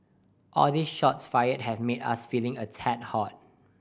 all these shots fired have made us feeling a tad hot